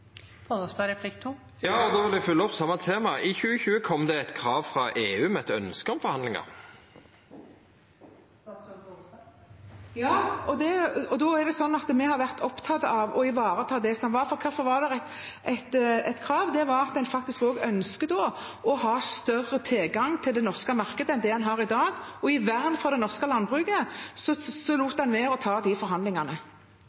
Ja, og då vil eg følgja opp det same temaet: I 2020, kom det eit krav frå EU om eit ønske om forhandlingar? Ja, og da er det slik at vi har vært opptatt av å ivareta det som var. For det som var et krav, var at en også ønsket større tilgang til det norske markedet enn det en har i dag, og for å verne det norske landbruket